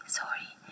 sorry